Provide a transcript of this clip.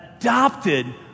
adopted